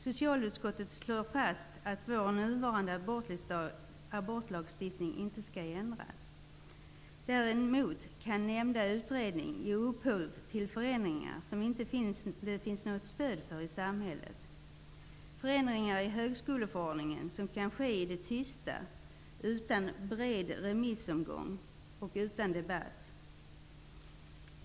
Socialutskottet slår fast att vår nuvarande abortlagstiftning inte skall ändras. Däremot kan nämnda utredning ge upphov till förändringar som det inte finns något stöd för i samhället. Förändringar i högskoleförordningen kan ske i det tysta utan bred remissomgång och debatt.